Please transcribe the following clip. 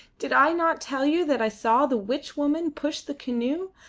did i not tell you that i saw the witchwoman push the canoe?